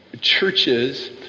churches